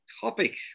topic